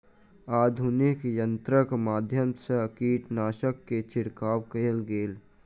आधुनिक यंत्रक माध्यम सँ कीटनाशक के छिड़काव कएल गेल